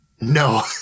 No